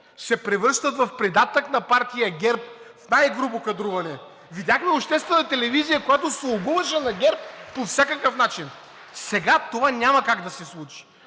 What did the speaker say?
се превръщат в придатък на партия ГЕРБ в най грубо кадруване. Видяхме обществена телевизия, която слугуваше на ГЕРБ по всякакъв начин. (Ръкопляскания от „БСП